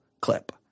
clip